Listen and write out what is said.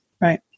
right